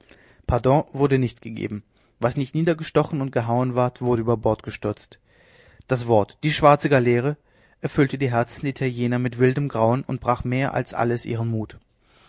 wurde nicht gegeben was nicht niedergestochen und gehauen ward wurde über bord gestürzt das wort die schwarze galeere erfüllte die herzen der italiener mit wildem grauen und brach mehr als alles ihren mut